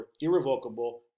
irrevocable